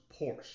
Porsche